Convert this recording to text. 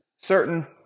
certain